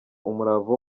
umurava